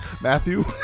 Matthew